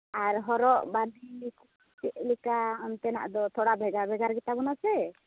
ᱟᱨ ᱦᱚᱨᱚᱜ ᱵᱟᱸᱫᱮ ᱪᱮᱫᱞᱮᱠᱟ ᱚᱱᱛᱮᱱᱟᱜ ᱫᱚ ᱛᱷᱚᱲᱟ ᱵᱷᱮᱜᱟᱨ ᱵᱷᱮᱜᱟᱨ ᱜᱮᱛᱟ ᱵᱚᱱᱟ ᱥᱮ